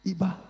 Iba